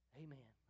amen